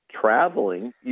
traveling